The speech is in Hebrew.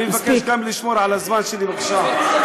אני מבקש גם לשמור על הזמן שלי, בבקשה.